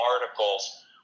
articles